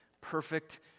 Perfect